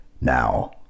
Now